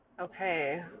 Okay